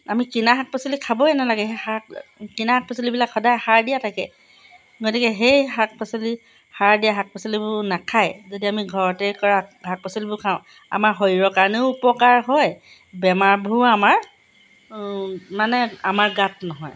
আমি কিনা শাক পাচলি খাবই নালাগে শাক কিনা শাক পাচলিবিলাক সদায় সাৰ দিয়া থাকে গতিকে সেই শাক পাচলি সাৰ দিয়া শাক পাচলিবোৰ নাখায় যদি আমি ঘৰতে কৰা শাক পাচলিবোৰ খাওঁ আমাৰ শৰীৰৰ কাৰণেও উপকাৰ হয় বেমাৰবোৰো আমাৰ মানে আমাৰ গাত নহয়